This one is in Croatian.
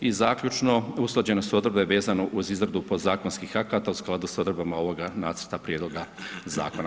I zaključno usklađenost odredba je vezano uz izradu podzakonskih akata u skladu sa odredbama ovoga Nacrta prijedloga zakona.